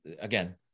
again